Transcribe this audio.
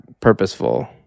purposeful